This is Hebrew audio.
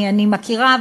אני מכירה,